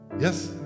Yes